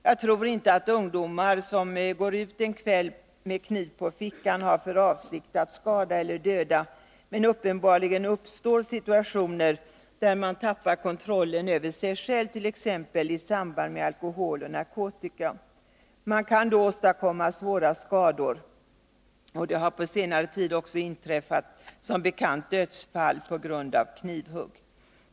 Jag tror inte att ungdomar som går ut en kväll med kniv på fickan har för avsikt att skada eller döda. Men uppenbarligen uppstår situationer där man tappar kontrollen över sig själv, t.ex. i samband med alkohol och narkotika. Man kan då åstadkomma svåra skador, och det har på senare tid som bekant också inträffat dödsfall på grund av knivhugg.